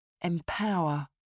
Empower